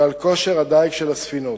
ועל כושר הדיג של הספינות.